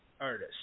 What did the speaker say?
artist